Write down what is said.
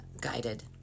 guided